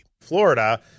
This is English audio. Florida